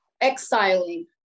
exiling